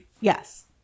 yes